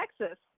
Texas